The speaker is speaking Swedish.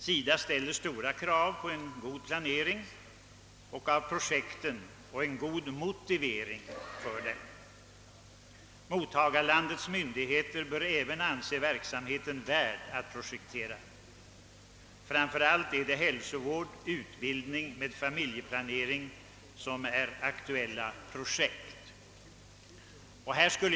SIDA ställer också stora krav på god planering och god motivering för projekten, och även mottagarlandets myndigheter bör anse verksamheten värd att satsa på. Det är framför allt hälsovård, utbildning och familjeplanering som är aktuella verksamhetsområden.